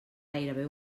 gairebé